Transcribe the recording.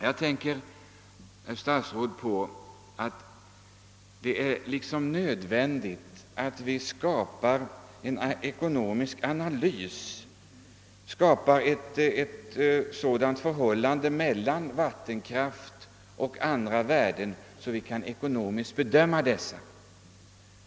Jag tänker, herr statsråd, på nödvändigheten av att det görs en analys av för hållandet mellan vattenkraftens värde och andra värden, så att vi kan ekonomiskt bedöma dessa.